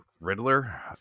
Riddler